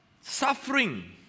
suffering